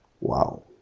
wow